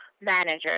manager